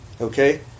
okay